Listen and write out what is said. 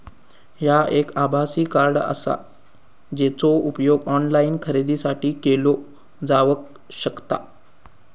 ह्या एक आभासी कार्ड आसा, जेचो उपयोग ऑनलाईन खरेदीसाठी केलो जावक शकता